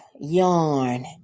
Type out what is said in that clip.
yarn